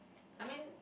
I mean